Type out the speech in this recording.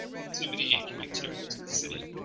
activity and connectivity to the city.